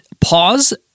pause